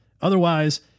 otherwise